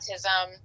autism